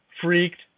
freaked